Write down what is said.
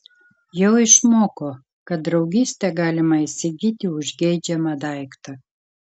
jau išmoko kad draugystę galima įsigyti už geidžiamą daiktą